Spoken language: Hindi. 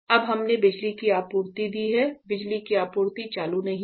अब हमने बिजली की आपूर्ति दी है बिजली की आपूर्ति चालू नहीं है